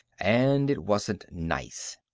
and it wasn't nice.